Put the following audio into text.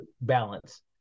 balance